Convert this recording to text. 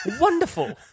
Wonderful